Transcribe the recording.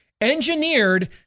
Engineered